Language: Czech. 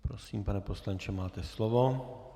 Prosím, pane poslanče, máte slovo.